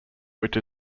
which